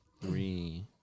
Three